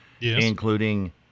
including